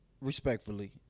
respectfully